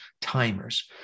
timers